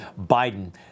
Biden